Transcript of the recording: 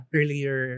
earlier